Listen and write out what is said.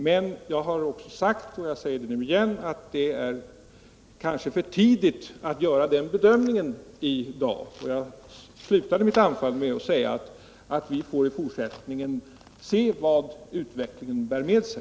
Men jag har också sagt — och jag säger det nu igen — att det kanske är för tidigt att göra den bedömningen i dag. Jag slutade mitt anförande med att säga att vi i fortsättningen får se vad utvecklingen för med sig.